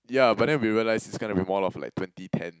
ya but then we realised it's gonna be more of like twenty ten